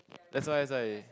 that's why that's why